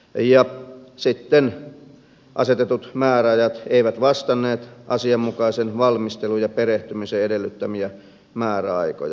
ja sitten asetetut määräajat eivät vastanneet asianmukaisen valmistelun ja perehtymisen edellyttämiä määräaikoja